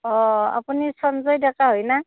অঁ আপুনি সঞ্জয় ডেকা হয় না